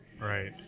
right